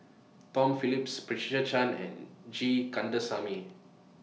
Tom Phillips Patricia Chan and G Kandasamy